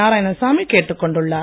நாராயணசாமி கேட்டுக் கொண்டுள்ளார்